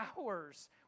hours